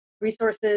resources